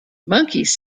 monkeys